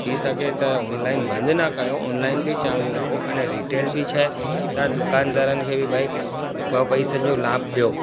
थी सघे त ऑनलाइन बंदि न कयो ऑनलाइन बि चालू रखो ऐं अने रीटेल बि छा आहे तव्हां दुकानदारनि खे बि भाई ॿ पैसनि जो लाभ ॾियो